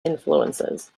influences